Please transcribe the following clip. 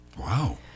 wow